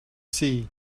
see